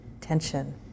tension